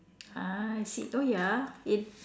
ah I see oh ya it